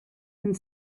and